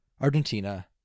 Argentina